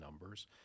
numbers